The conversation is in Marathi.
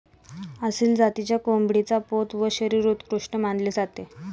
आसिल जातीच्या कोंबडीचा पोत व शरीर उत्कृष्ट मानले जाते